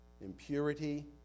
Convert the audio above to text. impurity